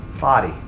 body